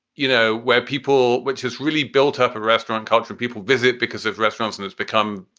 you know, where people which has really built up a restaurant culture, people visit because of restaurants and it's become,